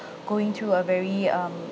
going through a very um